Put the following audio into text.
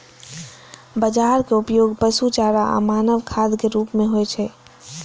बाजराक उपयोग पशु चारा आ मानव खाद्यक रूप मे होइ छै